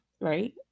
right